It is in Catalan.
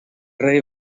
rei